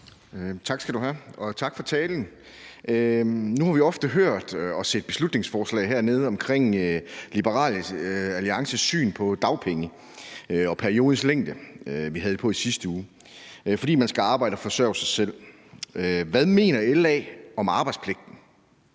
Tak skal du have, og tak for talen. Nu har vi ofte hørt og set beslutningsforslag hernede omkring Liberal Alliances syn på dagpenge og periodens længde – vi havde et på i sidste uge – altså at man skal arbejde og forsørge sig selv. Hvad mener LA om arbejdspligten?